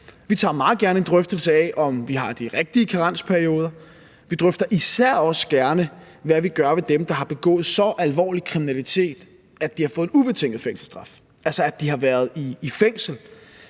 Vi tager meget gerne en drøftelse af, om vi har de rigtige karensperioder. Vi drøfter især også gerne, hvad vi gør ved dem, der har begået så alvorlig kriminalitet, at de har fået en ubetinget fængselsstraf, altså at de har været i fængsel.